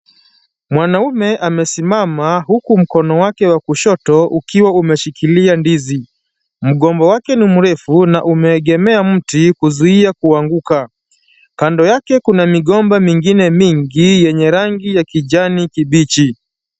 Mwanaume amesimama huku mkono wake wa kushoto ukiwa umeshikilia ndizi. Mgomba wake ni mrefu na umeegemea mti kuzuia kuanguka. Kando yake kuna migomba mingine mingi yenye rangi ya kijani kibichi.